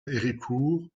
héricourt